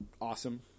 awesome